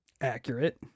Accurate